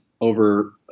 over